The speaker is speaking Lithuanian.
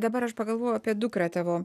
dabar aš pagalvojau apie dukrą tavo